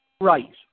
Right